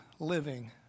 living